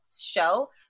show